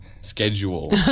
schedule